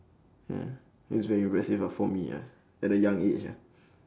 ya it's very impressive ah for me ya at a young age ah